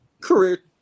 career